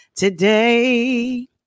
today